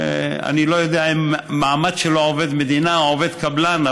אני לא יודע אם המעמד שלו הוא עובד מדינה או עובד קבלן,